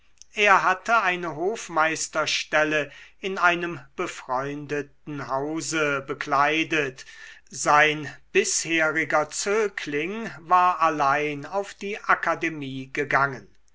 er hatte eine hofmeisterstelle in einem befreundeten hause bekleidet sein bisheriger zögling war allein auf die akademie gegangen